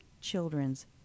children's